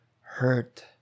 hurt